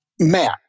Matt